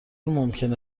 ممکنه